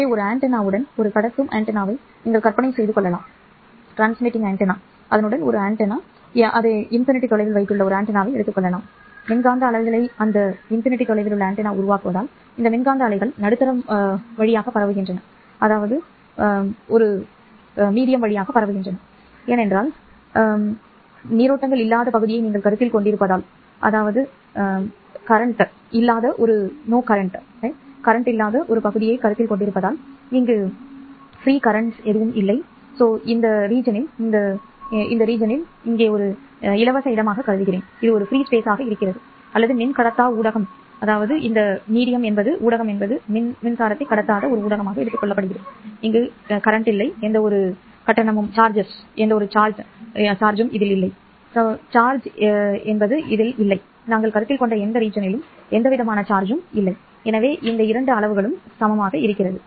எனவே ஒரு ஆண்டெனாவுடன் ஒரு கடத்தும் ஆண்டெனாவை நீங்கள் கற்பனை செய்து கொள்ளலாம் முடிவிலி சரி ஆன்டெனா மின்காந்த அலைகளை உருவாக்குவதால் இந்த மின்காந்த அலைகள் நடுத்தர வழியாக பரவுகின்றன மேலும் நீரோட்டங்கள் இல்லாத பகுதியை நீங்கள் கருத்தில் கொண்டிருப்பதால் இலவச நீரோட்டங்கள் இல்லை இந்த பிராந்தியத்தை நான் இலவச இடமாக கருதுகிறேன் அல்லது மின்கடத்தா ஊடகம் இங்கு நீரோட்டங்கள் இல்லை அல்லது எந்தவொரு கட்டணமும் இல்லை சில கட்டணங்களை யாரும் தெளிக்கவில்லை சரி நாங்கள் கருத்தில் கொண்ட எந்த பிராந்தியத்திலும் எந்தவிதமான கட்டணங்களும் தெளிக்கப்படவில்லை எனவே இந்த இரண்டு அளவுகளும் சமம் 0